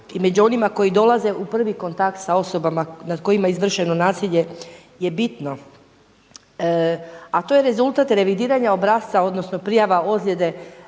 i među onima koji dolaze u prvi kontakt sa osoba nad kojima je izvršeno nasilje je bitno, a to je rezultat revidiranja obrasca odnosno prijava ozljede